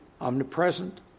omnipresent